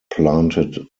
planted